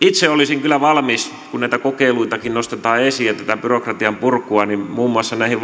itse olisin kyllä valmis kun näitä kokeilujakin nostetaan esiin ja tätä byrokratian purkua muun muassa näihin